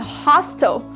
hostel